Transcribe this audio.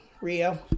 Rio